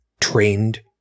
trained